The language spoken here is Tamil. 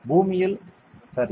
பூமியில் சரி